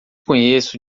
conheço